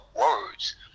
words